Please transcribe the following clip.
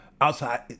outside